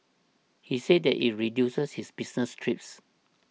he said that it reduces his business trips